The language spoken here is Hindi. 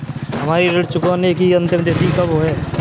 हमारी ऋण चुकाने की अंतिम तिथि कब है?